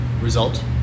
result